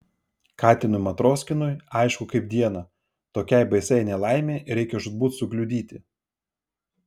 katinui matroskinui aišku kaip dieną tokiai baisiai nelaimei reikia žūtbūt sukliudyti